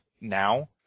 now